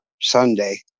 sunday